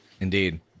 Indeed